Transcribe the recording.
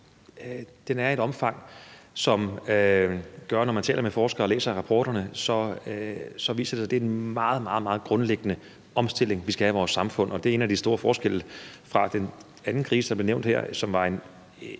er af et omfang, som gør, at når man taler med forskere og læser rapporterne, er det klart, at det er en meget, meget grundlæggende omstilling, vi skal have, af vores samfund. Det er en af de store forskelle fra den anden krise, der blev nævnt her, som var en